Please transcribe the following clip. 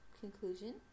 conclusion